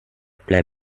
play